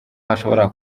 hashobora